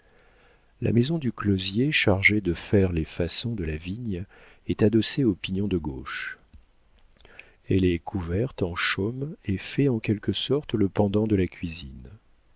la maison du closier chargé de faire les façons de la vigne est adossée au pignon de gauche elle est couverte en chaume et fait en quelque sorte le pendant de la cuisine